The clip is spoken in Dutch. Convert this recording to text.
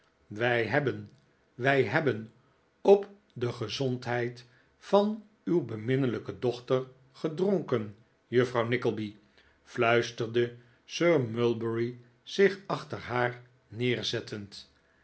wij hebben wij hebben op de gezondheid van uw beminnelijke dochter gedronken juffrouw nickleby fluisterde sir mulberry zich achter haar neerzettend